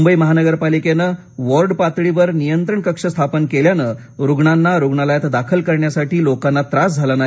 मुंबई महानगरपालिकेने वॉर्ड पातळीवर नियंत्रण कक्ष स्थापन केल्याने रूग्णांना रुग्णालयात दाखल करण्यासाठी लोकांना त्रास झाला नाही